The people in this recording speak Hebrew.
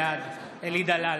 בעד אלי דלל,